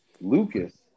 Lucas